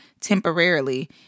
temporarily